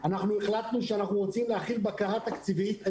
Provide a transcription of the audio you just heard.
אנחנו החלטנו שאנחנו רוצים להחיל בקרה תקציבית.